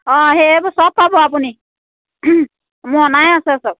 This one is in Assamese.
অঁ সেই চব পাব আপুনি মোৰ অনাই আছে চব